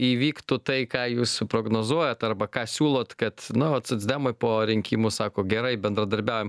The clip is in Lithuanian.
įvyktų tai ką jūs suprognozuojat arba ką siūlot kad nu vat socdemai po rinkimų sako gerai bendradarbiaujam